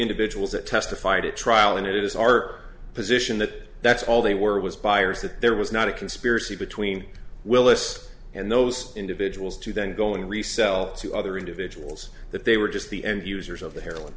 individuals that testified at trial and it is our position that that's all they were was buyers that there was not a conspiracy between willis and those individuals to then go and resell to other individuals that they were just the end users of the heroin